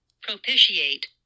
Propitiate